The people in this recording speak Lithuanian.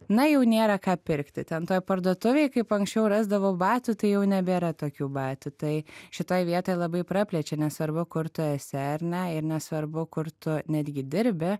na jau nėra ką pirkti ten toj parduotuvėj kaip anksčiau rasdavau batų tai jau nebėra tokių batų tai šitoj vietoj labai praplečia nesvarbu kur tu esi ar ne ir nesvarbu kur tu netgi dirbi